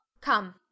come